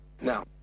Now